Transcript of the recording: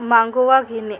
मागोवा घेणे